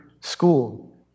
school